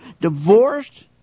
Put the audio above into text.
divorced